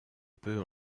peut